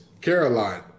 Caroline